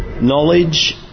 knowledge